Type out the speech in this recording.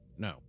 No